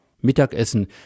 Mittagessen